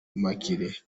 immaculee